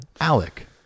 Alec